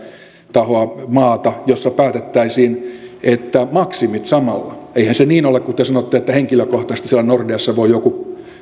tahoa maata jossa päätettäisiin että maksimit samalla eihän se niin ole kuin te sanotte että henkilökohtaisesti siellä nordeassa voi joku